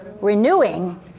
renewing